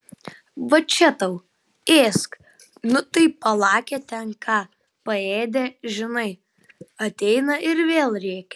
va čia tau ėsk nu tai palakė ten ką paėdė žinai ateina ir vėl rėkia